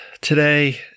today